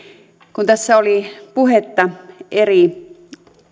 kun tässä oli puhetta eri